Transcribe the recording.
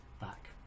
back